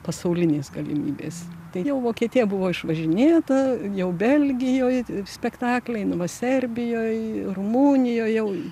pasaulinės galimybės jau vokietija buvo išvažinėta jau belgijoj spektakliai nu va serbijoj rumunijoj jau